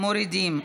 מורידים.